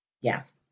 Yes